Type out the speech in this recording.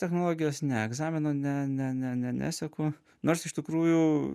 technologijos ne egzamino ne ne ne ne neseku nors iš tikrųjų